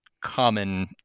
common